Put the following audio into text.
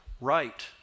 right